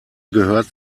gehört